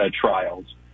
trials